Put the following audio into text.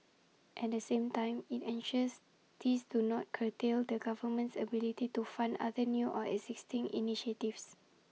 at the same time IT ensures these do not curtail the government's ability to fund other new or existing initiatives